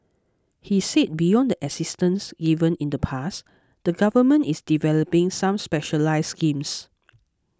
he said beyond the assistance given in the past the government is developing some specialised schemes